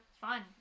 fun